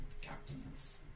captains